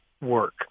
work